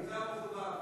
יותר מכובד.